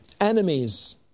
Enemies